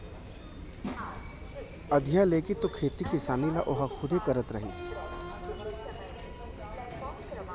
अधिया लेके तो खेती किसानी ल ओहा खुदे करत रहिस